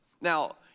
Now